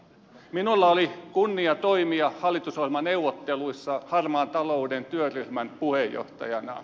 minulla oli kunnia toimia hallitusohjelmaneuvotteluissa harmaan talouden työryhmän puheenjohtajana